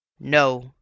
No